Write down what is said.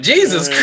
Jesus